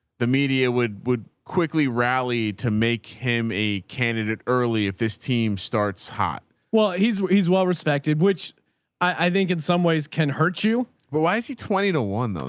the media would, would quickly rally to make him a candidate early. if this team starts hot. well, he's he's well-respected which i think in some ways can hurt you. but why is he twenty to one?